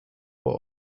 were